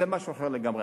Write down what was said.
זה משהו אחר לגמרי.